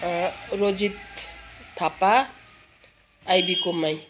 Rojit Thapa IB कुमाई